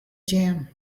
jam